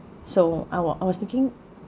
so I wa~ I was thinking